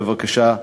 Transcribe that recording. בבקשה,